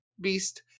beast